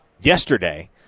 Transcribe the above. yesterday